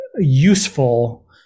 useful